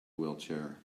wheelchair